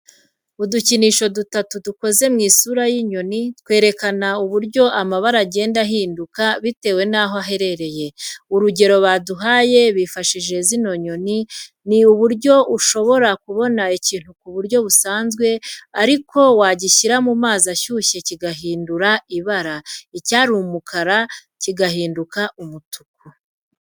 Udukinisho dutatu dukoze mu isura y'inyoni, twerakana uburyo amabara agenda ahinduka bitewe naho aherereye. Urugero baduhaye bifashishije zino nyoni, ni uburyo ushobora kubona ikintu ku buryo busanzwe ariko wagishyira mu mazi ashyushye kigahindura ibara icyari umukara kigahinduka umutuku.